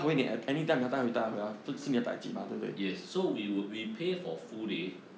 yes so we would we pay for full day